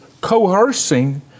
coercing